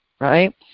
right